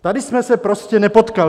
Tady jsme se prostě nepotkali.